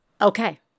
okay